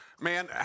Man